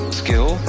skill